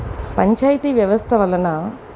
పంచాయతీ వ్యవస్థ వలన